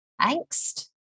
angst